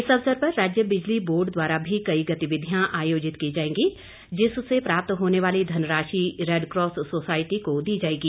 इस अवसर पर राज्य बिजली बोर्ड द्वारा भी कई गतिविधियां आयोजित की जाएंगी जिससे प्राप्त होने वाली धनराशि रैडकास सोसायटी को दी जाएगी